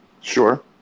Sure